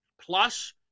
Plus